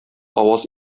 аваз